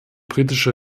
britische